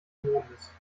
mondes